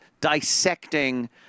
dissecting